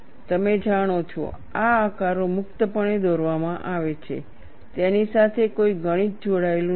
તમે જાણો છો આ આકારો મુક્તપણે દોરવામાં આવે છે તેની સાથે કોઈ ગણિત જોડાયેલું નથી